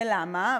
ולמה?